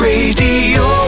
Radio